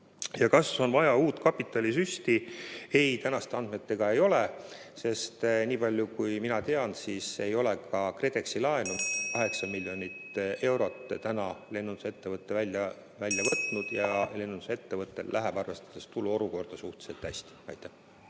Kas on vaja uut kapitalisüsti? Ei, tänastel andmetel ei ole, sest niipalju kui mina tean, ei ole ka KredExi laenu 8 miljonit eurot lennundusettevõte välja võtnud ja lennundusettevõttel läheb arvestades turuolukorda suhteliselt hästi. Nüüd